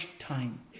time